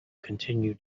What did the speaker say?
continue